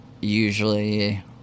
usually